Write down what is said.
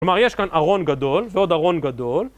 כלומר יש כאן ארון גדול ועוד ארון גדול